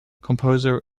composer